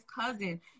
cousin